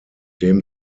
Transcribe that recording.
dem